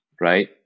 right